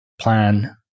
plan